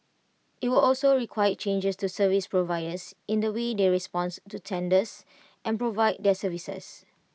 IT will also require changes to service providers in the way they responds to tenders and provide their services